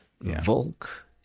Volk